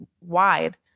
wide